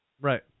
Right